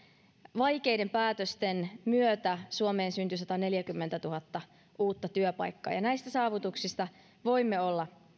vaikeiden päätösten myötä suomeen syntyi sataneljäkymmentätuhatta uutta työpaikkaa ja näistä saavutuksista voimme olla